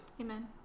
amen